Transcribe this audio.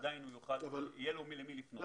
עדיין יהיה לו למי לפנות.